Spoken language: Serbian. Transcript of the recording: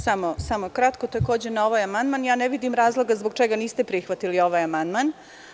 Samo ću kratko o ovom amandmanu, ne vidim razloga zbog čega niste prihvatili ovaj amandman.